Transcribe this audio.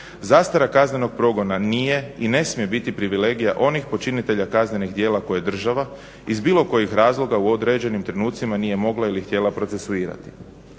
Zastara kaznenog progona nije i ne smije biti privilegija onih počinitelja kaznenih djela koje država iz bilo kojih razloga u određenim trenucima nije mogla ili htjela procesuirati.